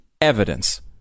evidence